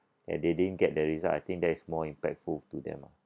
and they didn't get the result I think that is more impactful to them lah